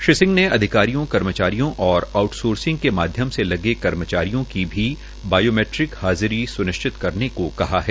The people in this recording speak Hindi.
श्री सिंह ने अधिकारियों कर्मचारियों और आउट सोर्सिंग के माध्यम से लगे कर्मचारियों की भी बायोमीट्रिक हाजिरी स्निश्चित करने को कहा है